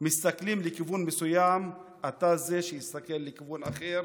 מסתכלים לכיוון מסוים, אתה זה שיסתכל לכוון אחר,